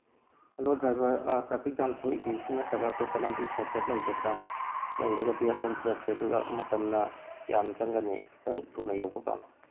hello driver ꯑꯥ traffic jam ꯊꯣꯛꯏꯁꯤ ꯁꯤ ꯅꯠꯇꯕ ꯑꯇꯣꯞꯄ ꯂꯝꯕꯤ ꯁꯣꯔꯠ ꯀꯠ ꯂꯩꯒꯗ꯭ꯔꯥ ꯂꯩꯔꯒꯗꯤ ꯑꯗꯣꯝꯗ ꯆꯠꯁꯤ ꯑꯗꯨꯒ ꯃꯇꯝꯅ ꯀꯌꯥꯝ ꯆꯪꯒꯅꯤ ꯈꯤꯇꯪ ꯊꯨꯅ ꯌꯧꯕ ꯄꯥꯝꯃꯤ